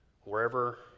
wherever